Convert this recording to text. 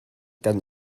kan